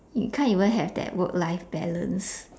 you can't even have that work life balance